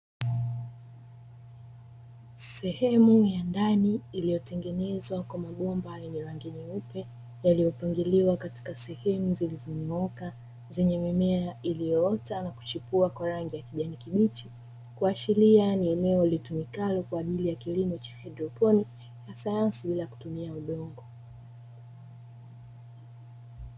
Sehemu ya ndani iliyotengenezwa kwa mabomba ya rangi nyeupe yaliyopangiliwa katika sehemu zilizonyooka zenye mimea iliyoota na kuchipua kwa rangi ya kijani kibichi, kuashiria ni eneo litumikalo kwa ajili ya kilimo cha haidroponi ya sayansi bila kutumia udongo.